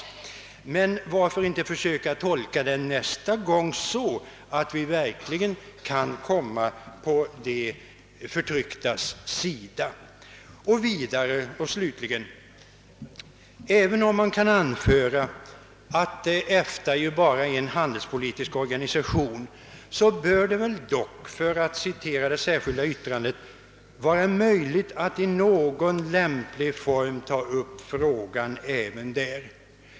Varför kan vi då inte försöka att nästa gång tolka den så, att vi verkligen kan komma på de förtrycktas sida? Och slutligen: Även om det kan anföras att EFTA bara är en handelspolitisk organisation bör det dock, för att citera det särskilda yttrandet, »vara möjligt att i någon lämplig form» ta upp frågan även där.